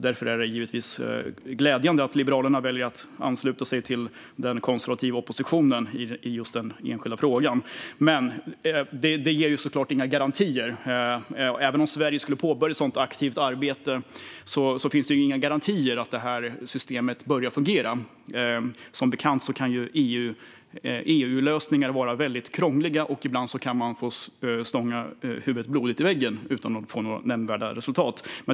Därför är det glädjande att Liberalerna väljer att ansluta sig till den konservativa oppositionen i just den enskilda frågan. Men detta ger såklart inga garantier. Även om Sverige skulle påbörja ett aktivt arbete finns det inga garantier för att systemet börjar fungera. Som bekant kan EU-lösningar vara krångliga, och ibland kan man stånga sin panna blodig utan att få några nämnvärda resultat.